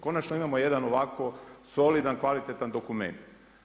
Konačno imamo jedan ovako solidan kvalitetan dokument.